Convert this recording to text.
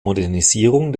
modernisierung